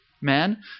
man